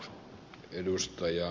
arvoisa puhemies